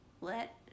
Let